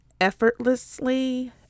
effortlessly